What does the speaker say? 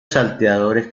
salteadores